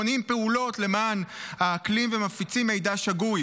מונעים פעולות למען האקלים ומפיצים מידע שגוי.